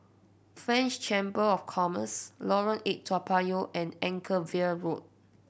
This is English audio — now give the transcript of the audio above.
French Chamber of Commerce Lorong Eight Toa Payoh and Anchorvale Road